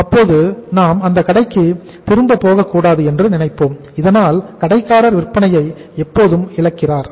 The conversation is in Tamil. அப்போது நாம் அந்த கடைக்கு திரும்ப போக கூடாது என்று நினைப்போம் இதனால்கடைக்காரர் விற்பனையை எப்போதும் இழக்கிறார்